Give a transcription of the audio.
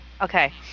okay